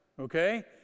okay